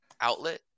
outlet